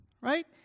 Right